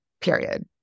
period